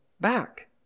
back